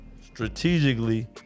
strategically